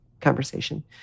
conversation